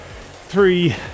three